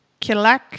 kilak